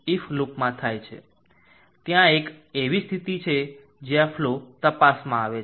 તેથી ત્યાં એક એવી સ્થિતિ છે જ્યાં ફલો તપાસવામાં આવે છે